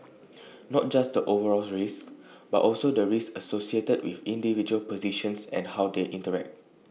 not just the overall risk but also the risk associated with individual positions and how they interact